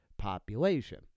population